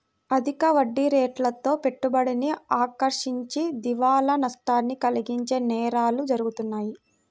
అధిక వడ్డీరేట్లతో పెట్టుబడిని ఆకర్షించి దివాలా నష్టాన్ని కలిగించే నేరాలు జరుగుతాయి